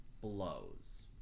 blows